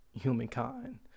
humankind